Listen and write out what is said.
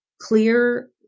clear